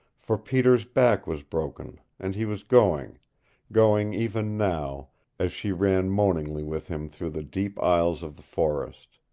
for peter's back was broken, and he was going going even now as she ran moaningly with him through the deep aisles of the forest.